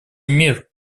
мир